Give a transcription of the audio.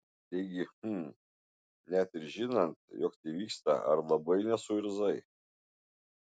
taigi hm net ir žinant jog tai vyksta ar labai nesuirzai